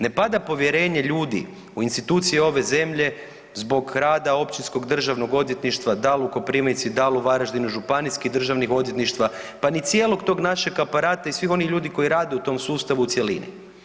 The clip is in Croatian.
Ne pada povjerenje ljudi u institucije ove zemlje zbog rada općinskog državnog odvjetništva da li u Koprivnici, da li u Varaždinu, županijskih državnih odvjetništva pa ni cijelog tog našeg aparata i svih onih ljudi koji rade u tom sustavu u cjelini.